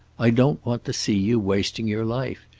i don't want to see you wasting your life.